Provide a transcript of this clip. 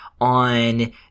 on